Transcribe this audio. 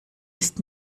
ist